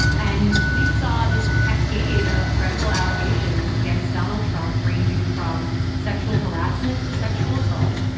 and we saw this cascade of credible allegations against donald trump, ranging from sexual harassment to sexual assault.